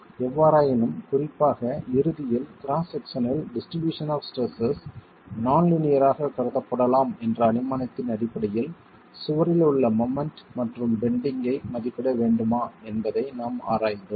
எவ்வாறாயினும் குறிப்பாக இறுதியில் கிராஸ் செக்சனில் distribution of stresses non linear ஆகக் கருதப்படலாம் என்ற அனுமானத்தின் அடிப்படையில் சுவரில் உள்ள மொமெண்ட் மற்றும் பெண்டிங்கை மதிப்பிட வேண்டுமா என்பதை நாம் ஆராய்ந்தோம்